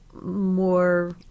more